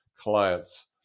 client's